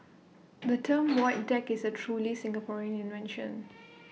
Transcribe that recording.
the term void deck is A truly Singaporean invention